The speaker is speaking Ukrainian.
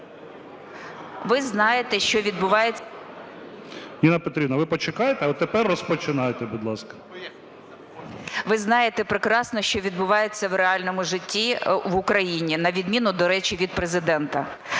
прекрасно, що відбувається в реальному житті в Україні, на відміну, до речі, від Президента.